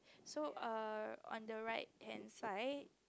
so err on the right hand side